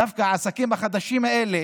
דווקא העסקים החדשים האלה,